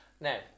Now